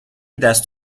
دست